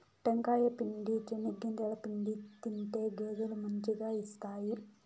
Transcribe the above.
టెంకాయ పిండి, చెనిగింజల పిండి తింటే గేదెలు మంచిగా ఇస్తాయి